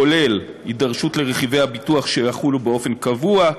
כולל הידרשות לרכיבי הביטוח שיחולו באופן קבוע,